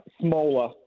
Smaller